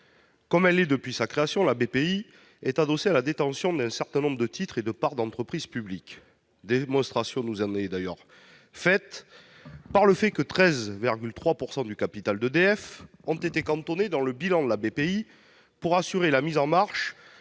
Bpifrance est depuis sa création adossée à la détention d'un certain nombre de titres et de parts d'entreprises publiques. Démonstration nous en est faite, d'ailleurs, par le fait que 13,3 % du capital d'EDF ont été cantonnés dans le bilan de Bpifrance pour assurer la mise en marche